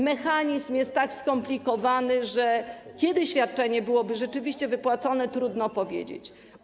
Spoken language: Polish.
Mechanizm jest tak skomplikowany, że kiedy świadczenie byłoby rzeczywiście wypłacone, trudno powiedzieć.